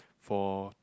for